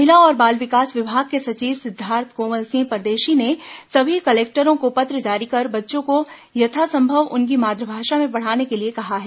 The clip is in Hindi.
महिला और बाल विकास विभाग के सचिव सिद्धार्थ कोमल सिंह परदेशी ने सभी कलेक्टरों को पत्र जारी कर बच्चों को यथासंभव उनकी मातृभाषा में पढ़ाने के लिए कहा है